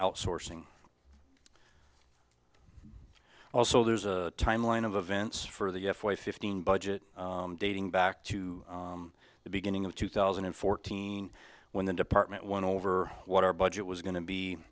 outsourcing also there's a timeline of events for the f one fifteen budget dating back to the beginning of two thousand and fourteen when the department went over what our budget was going to